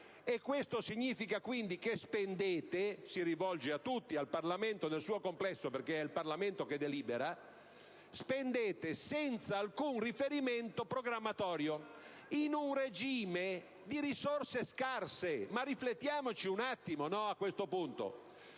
questo significa quindi che spendete (si rivolge a tutti, al Parlamento nel suo complesso, perché è il Parlamento che delibera) senza alcun riferimento programmatorio, in un regime di risorse scarse. Ma riflettiamoci un attimo, a questo punto!